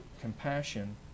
compassion